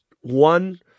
one